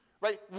right